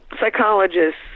psychologists